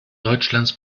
deutschlands